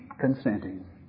consenting